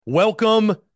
Welcome